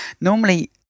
Normally